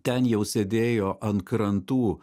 ten jau sėdėjo ant krantų